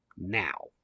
Now